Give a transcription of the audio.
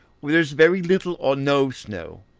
where there is very little or no snow,